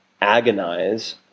agonize